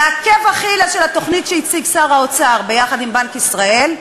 ועקב אכילס של התוכנית שהציג שר האוצר ביחד עם בנק ישראל,